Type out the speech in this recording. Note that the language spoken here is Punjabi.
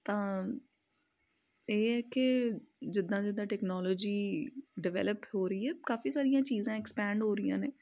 ਤਾਂ ਇਹ ਹੈ ਕਿ ਜਿੱਦਾਂ ਜਿੱਦਾਂ ਟੈਕਨੋਲੋਜੀ ਡਿਵੈਲਪ ਹੋ ਰਹੀ ਹੈ ਕਾਫ਼ੀ ਸਾਰੀਆਂ ਚੀਜ਼ਾਂ ਐਕਸਪੈਂਡ ਹੋ ਰਹੀਆਂ ਨੇ